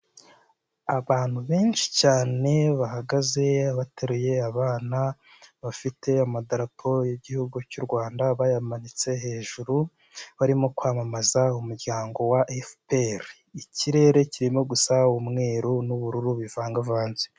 Abantu benshi cyane bahagaze bateruye abana, bafite amadarapo y'igihugu cy'u Rwanda bayamanitse hejuru, barimo kwamamaza umuryango wa FPR, ikirere kirimo gusa umweru n'ubururu bivangavanze.